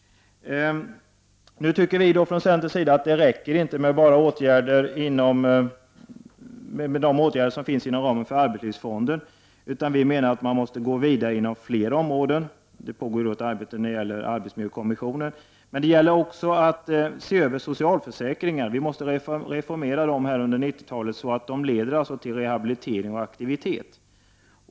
Nu tycker vi från centerns sida inte att det räcker med de åtgärder som finns inom ramen för arbetslivsfonden. Vi menar att man måste gå vidare inom fler områden. Det pågår t.ex. ett arbete som gäller arbetsmiljökommissionen. Men det gäller också att se över socialförsäkringarna. Vi måste reformera dem under 90-talet, så att de leder till rehabilitering och aktivitet.